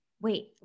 wait